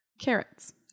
Carrots